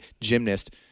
gymnast